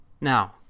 Now